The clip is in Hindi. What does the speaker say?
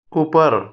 ऊपर